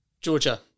Georgia